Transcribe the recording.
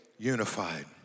unified